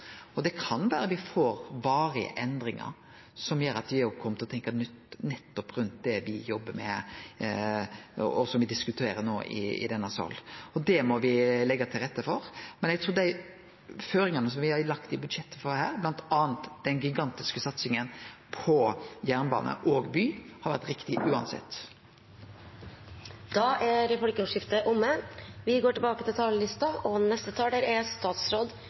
Det kan vere me får varige endringar som gjer at me kjem til å tenkje nytt rundt det me jobbar med her, og som me diskuterer no i denne sal, og det må me leggje til rette for. Men eg trur dei føringane som me har lagt i budsjettet her, bl.a. den gigantiske satsinga på jernbane og by, har vore rett uansett. Da er replikkordskiftet omme. Ny teknologi preger livet vårt i stadig større grad – hverdagslivet, samfunnslivet og arbeidslivet vårt. Digitalisering er